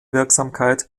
wirksamkeit